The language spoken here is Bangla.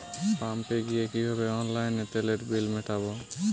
পাম্পে গিয়ে কিভাবে অনলাইনে তেলের বিল মিটাব?